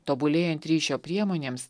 tobulėjant ryšio priemonėms